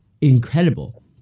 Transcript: incredible